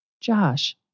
Josh